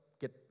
get